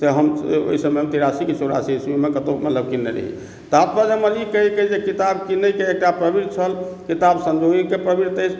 से हम ओहि समय मे तिरासी की चौरासी ईस्वी मे कतौ मतलब किनने रही तात्पर्य हमर ई कहै के जे किताब किनै के एकटा प्रवृत्ति छल किताब संजोगै के प्रवृत्ति अछि